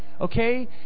okay